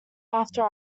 after